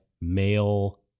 male